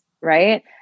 right